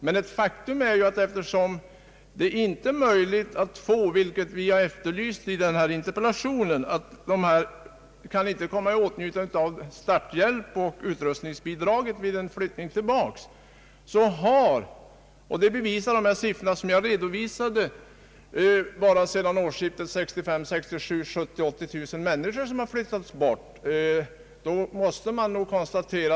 Men faktum är att den arbetskraft det här gäller inte kan komma i åtnjutande av starthjälp och utrustningsbidrag vid flyttning tillbaka till stödområdet, och det är en sådan ändring som jag efterlyst i interpellationen. Att de nylokaliserade företagen kan behöva få tillgång till denna kvalificerade arbetskraft belyses av de siffror jag nyss redovisade, 70 000—980 000 människor har flyttat bort bara sedan årsskiftet 1965/66.